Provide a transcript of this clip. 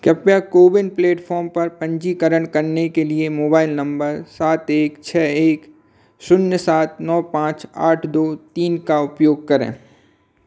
कृपया कोविन प्लेटफ़ॉर्म पर पंजीकरण करने के लिए मोबाइल नंबर सात एक एक शून्य सात नौ पाँच आठ दो तीन का उपयोग करें